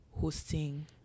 hosting